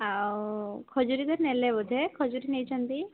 ଆଉ ଖଜୁରୀ ବି ନେଲେ ବୋଧେ ଖଜୁରୀ ନେଇଛନ୍ତି